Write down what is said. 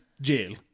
jail